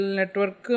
network